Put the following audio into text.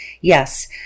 yes